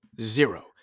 Zero